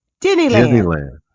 Disneyland